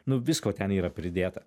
nu visko ten yra pridėta